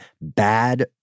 bad